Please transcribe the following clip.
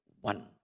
one